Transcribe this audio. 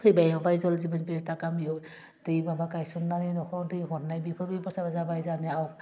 फैबाय एवबाय जल जिबन बेबसथा गामियाव दै माबा गायसंनानै नख'र दै हरनाय बेफोर बेबस्थाबो जाबाय जोंहानियाव